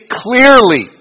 clearly